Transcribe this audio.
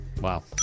Wow